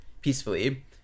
peacefully